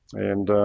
and